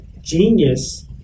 genius